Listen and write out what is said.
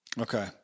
Okay